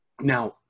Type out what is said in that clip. Now